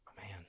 man